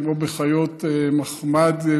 כמו בחיות מחמד,